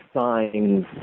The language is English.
signs